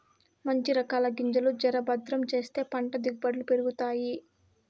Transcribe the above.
మంచి రకాల గింజలు జర భద్రం చేస్తే పంట దిగుబడులు పెరుగుతాయి